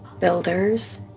builders.